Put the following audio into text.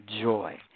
joy